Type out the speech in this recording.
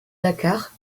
dakar